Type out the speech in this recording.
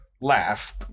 laugh